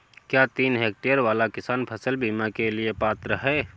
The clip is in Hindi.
क्या तीन हेक्टेयर वाला किसान फसल बीमा के लिए पात्र हैं?